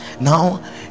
now